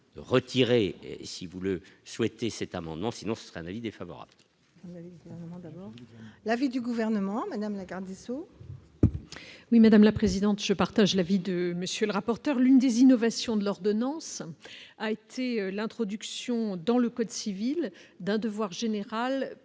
donc si vous le souhaitez, cet amendement, sinon un avis défavorable. L'avis du gouvernement, Madame Lagarde sont. Oui, madame la présidente, je partage l'avis de monsieur le rapporteur, l'une des innovations de l'ordonnance a été l'introduction dans le code civil d'un devoir général